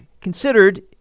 considered